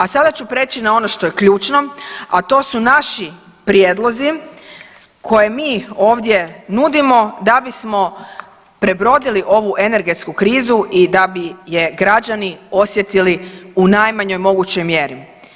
A sada ću prijeći na ono što je ključno, a to su naši prijedlozi koje mi ovdje nudimo da bismo prebrodili ovu energetsku krizu i da bi je građani osjetili u najmanjoj mogućoj mjeri.